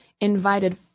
invited